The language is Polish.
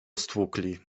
stłukli